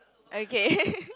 okay